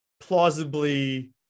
plausibly